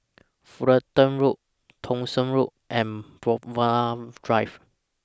Fullerton Road Thong Soon Road and Brookvale Drive